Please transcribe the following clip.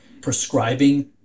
prescribing